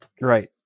Right